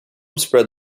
spread